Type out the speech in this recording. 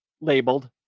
labeled